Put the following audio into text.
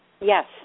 Yes